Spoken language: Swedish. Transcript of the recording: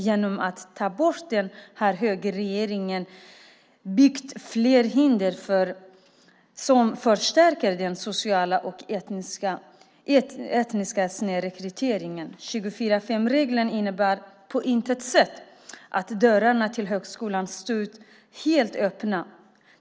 Genom att ta bort den har högerregeringen byggt fler hinder som förstärker den sociala och etniska snedrekryteringen. 25:4-regeln innebar på intet sätt att dörrarna till högskolan stod helt öppna.